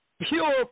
pure